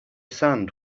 sand